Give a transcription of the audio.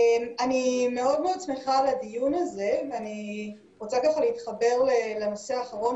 מאוד מאוד שמחה על הדיון הזה ואני רוצה להתחבר לנושא האחרון